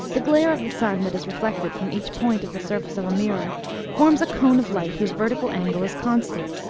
the glare of the sun that is reflected from each point of the surface of a mirror forms a cone of light whose vertical angle is constant,